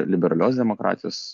liberalios demokratijos